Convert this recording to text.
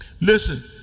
Listen